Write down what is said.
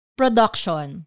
production